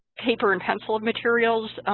paper and pencil of materials,